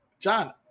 john